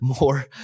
more